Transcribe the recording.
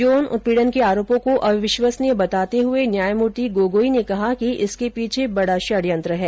यौन उत्पीड़न के आरोपों को अविश्वसनीय बताते हुए न्यायमूर्ति गोगोई ने कहा कि इसके पीछे बड़ा षड्यंत्र है